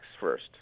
first